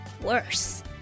worse